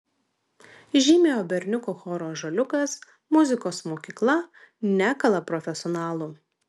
žymiojo berniukų choro ąžuoliukas muzikos mokykla nekala profesionalų